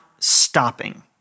stopping